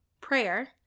prayer